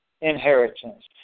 inheritance